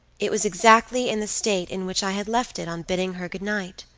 it was exactly in the state in which i had left it on bidding her good night.